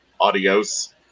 Adios